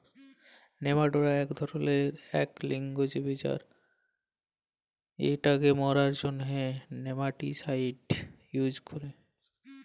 nematoda ইক ধরলের ইক লিঙ্গ জীব আর ইটকে মারার জ্যনহে নেমাটিসাইড ইউজ ক্যরে